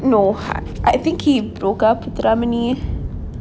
no I I think he broke up with ramley